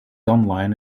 online